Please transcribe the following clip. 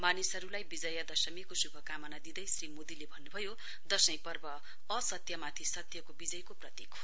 मानिसहरुलाई विजयादशमीको शुभकामना दिँदै श्री मोदीले भन्नुभयो दशै पर्व असत्यमाथि सत्यको विजयको प्रतीक हो